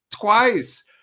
Twice